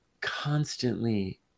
constantly